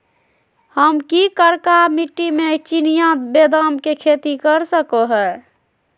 हम की करका मिट्टी में चिनिया बेदाम के खेती कर सको है?